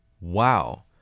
Wow